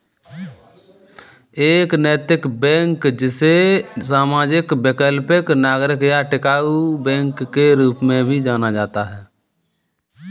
एक नैतिक बैंक जिसे सामाजिक वैकल्पिक नागरिक या टिकाऊ बैंक के रूप में भी जाना जाता है